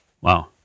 Wow